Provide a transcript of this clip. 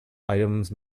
items